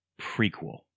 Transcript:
prequel